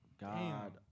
God